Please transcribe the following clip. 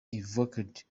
evoked